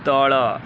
ତଳ